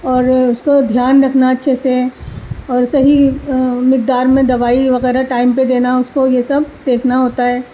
اور اس کو دھیان رکھنا اچھے سے اور صحیح مقدار میں دوائی وغیرہ ٹائم پر دینا اس کو یہ سب دیکھنا ہوتا ہے